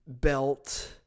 Belt